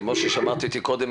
כמו ששמעת אותי קודם,